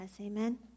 amen